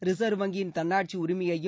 reserve வங்கியின் தன்னாட்சி உரிமையையும்